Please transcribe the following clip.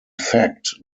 fact